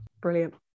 brilliant